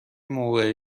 موقع